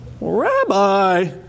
Rabbi